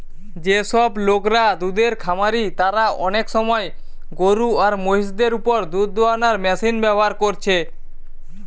যেসব লোকরা দুধের খামারি তারা অনেক সময় গরু আর মহিষ দের উপর দুধ দুয়ানার মেশিন ব্যাভার কোরছে